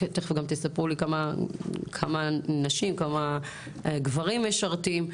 תכף גם תספרו לי כמה נשים, כמה גברים משרתים.